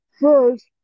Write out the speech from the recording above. first